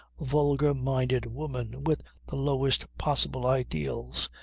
vulgar-minded woman with the lowest possible ideals.